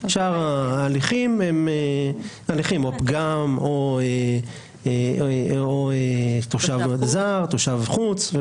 שאר ההליכים זה או פגם או תושב זר/חוץ,